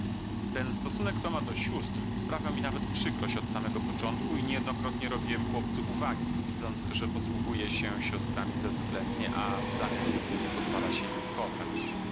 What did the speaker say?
ten stosunek toma do sióstr sprawiał mi nawet przykrość od samego początku i niejednokrotnie robiłem chłopcu uwagi widząc że posługuje się siostrami bezwzględnie a w zamian jedynie pozwala się im kochać